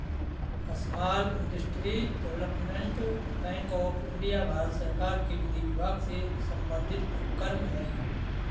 small industries development bank of India Bharat सरकार के विधि विभाग से संबंधित उपक्रम हइ